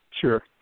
Sure